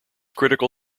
critical